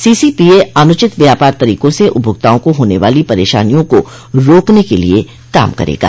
CCPA अनुचित व्यापार तरीकों से उपभोक्ताओं को होने वाली परेशानियों को रोकने के लिए काम करेगा